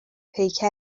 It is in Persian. پیکر